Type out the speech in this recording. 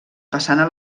façana